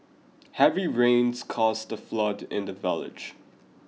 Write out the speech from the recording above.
heavy rains caused a flood in the village